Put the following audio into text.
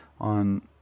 on